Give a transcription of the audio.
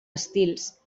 estils